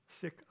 sick